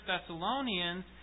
Thessalonians